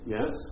Yes